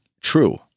true